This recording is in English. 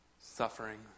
suffering